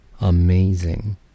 Amazing